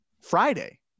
Friday